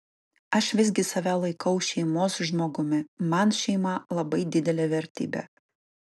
aš visgi save laikau šeimos žmogumi man šeima labai didelė vertybė